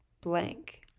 blank